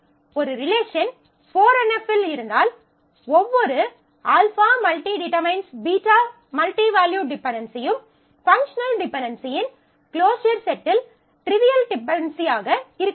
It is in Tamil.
ஒரு ரிலேஷன் 4 NF இல் இருந்தால் ஒவ்வொரு α →→ β மல்டி வேல்யூட் டிபென்டென்சியும் பங்க்ஷனல் டிபென்டென்சியின் க்ளோஸர் செட்டில் ட்ரிவியல் டிபென்டென்சியாக இருக்க வேண்டும்